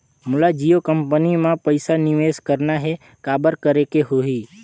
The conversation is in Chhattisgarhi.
मोला जियो कंपनी मां पइसा निवेश करना हे, काबर करेके होही?